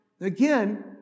again